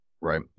Right